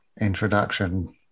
introduction